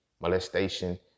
molestation